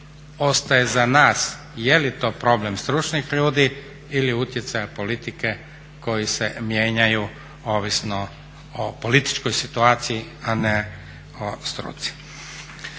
ostaje za nas je li to problem stručnih ljudi ili utjecaja politike koji se mijenjaju ovisno o političkoj situaciji, a ne o struci.